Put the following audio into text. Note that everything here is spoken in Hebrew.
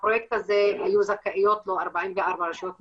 לפרויקט הזה יהיו זכאיות 44 רשויות מקומיות,